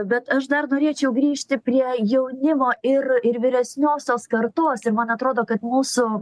bet aš dar norėčiau grįžti prie jaunimo ir ir vyresniosios kartos ir man atrodo kad mūsų